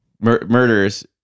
Murders